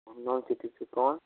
Hindaun city से कौन